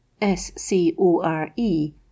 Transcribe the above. s-c-o-r-e